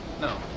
no